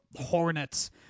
hornets